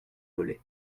velay